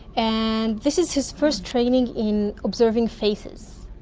and this is his first training in observing faces.